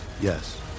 Yes